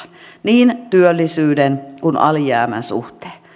niin työllisyyden kuin alijäämän suhteen